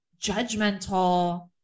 judgmental